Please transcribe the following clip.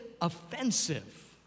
offensive